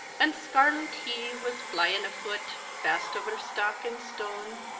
and scarlette he was flying a-foote faste over stocke and stone,